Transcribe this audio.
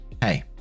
Hey